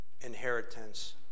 inheritance